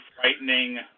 frightening